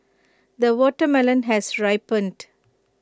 the watermelon has ripened